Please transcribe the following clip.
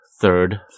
third